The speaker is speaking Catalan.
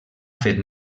fet